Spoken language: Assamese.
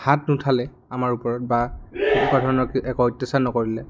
হাত নুঠালে আমাৰ ওপৰত বা এনেকুৱা ধৰণৰ একো অত্যাচাৰ নকৰিলে